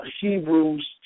Hebrews